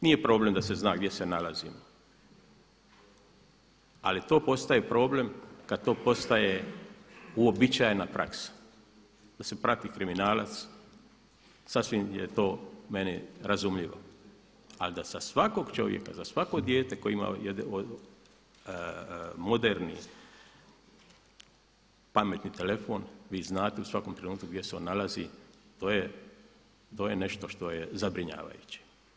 Nije problem da se zna gdje se nalazimo ali to postaje problem kada to postaje uobičajena praksa da se prati kriminalac sasvim je to meni razumljivo ali da za svakog čovjeka, za svako dijete koje ima moderni, pametni telefon, vi znate u svakom trenutku gdje se on nalazi, to je nešto što je zabrinjavajuće.